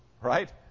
Right